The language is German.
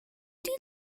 die